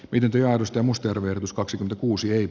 pidentyä edustaa muster verotus kaksi kuusi erik